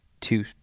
two